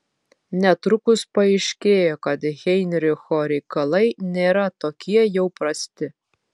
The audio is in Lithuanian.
netrukus paaiškėjo kad heinricho reikalai nėra tokie jau prasti